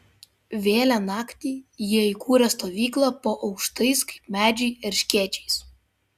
vėlią naktį jie įkūrė stovyklą po aukštais kaip medžiai erškėčiais